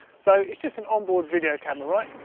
so it's just an onboard video camera,